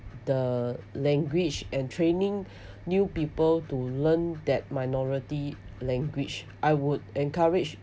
the language and training new people to learn that minority language I would encourage